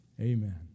amen